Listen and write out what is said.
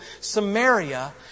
Samaria